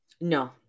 No